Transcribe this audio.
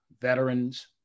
veterans